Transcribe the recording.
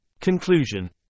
Conclusion